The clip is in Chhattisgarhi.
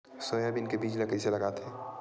सोयाबीन के बीज ल कइसे लगाथे?